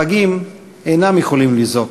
הפגים אינם יכולים לזעוק,